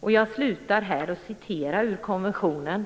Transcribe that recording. Jag slutar här att läsa ur konventionen.